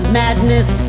madness